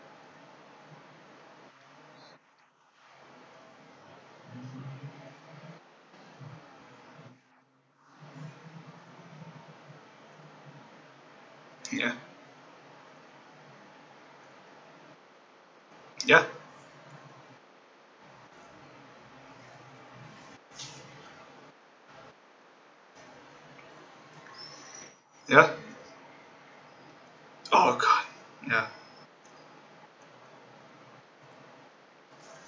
ya ya ya oh god ya